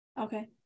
Okay